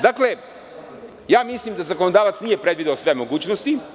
Dakle, mislim da zakonodavac nije predvideo sve mogućnosti.